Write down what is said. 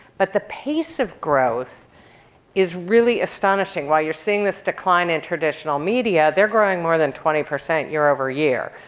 but the pace of growth is really astonishing. while you're seeing this decline in traditional media, they're growing more than twenty percent year over year.